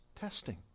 testing